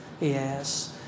yes